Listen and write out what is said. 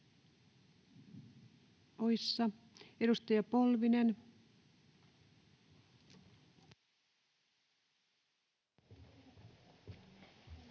Edustaja Polvinen.